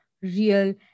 real